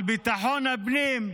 על ביטחון הפנים,